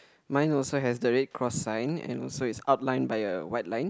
mine also has the red cross sign and also it's outline by a white line